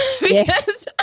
Yes